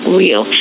real